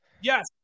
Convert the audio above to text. Yes